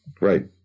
right